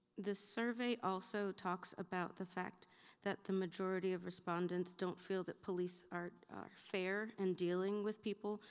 this survey also talks about the fact that the majority of respondents don't feel that police are fair in dealing with people,